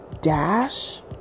Dash